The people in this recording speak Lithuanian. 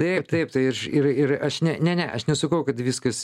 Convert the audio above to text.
taip taip tai aš ir ir aš ne ne ne aš nesakau kad viskas